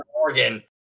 Oregon